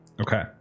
Okay